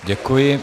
Děkuji.